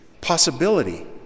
possibility